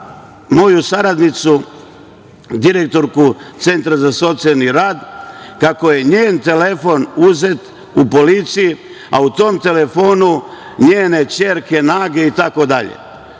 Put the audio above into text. moju saradnicu, direktorku Centra za socijalni rad, kako je njen telefon uzet u policiji a u tom telefonu njene ćerke nage itd.